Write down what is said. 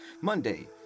Monday